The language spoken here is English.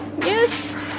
yes